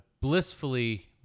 blissfully